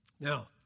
Now